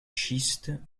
schistes